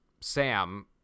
Sam